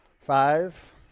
Five